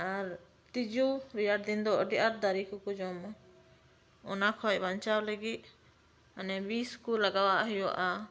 ᱟᱨ ᱛᱤᱡᱩ ᱨᱮᱭᱟᱲ ᱫᱤᱱ ᱫᱚ ᱟᱹᱰᱤ ᱟᱴ ᱫᱟᱨᱮ ᱠᱚ ᱠᱚ ᱡᱚᱢᱟ ᱚᱱᱟ ᱠᱷᱚᱡ ᱵᱟᱧᱪᱟᱣ ᱞᱟᱹᱜᱤᱫ ᱢᱟᱱᱮ ᱵᱤᱥ ᱠᱩ ᱞᱟᱜᱟᱣ ᱦᱩᱭᱩᱜᱼᱟ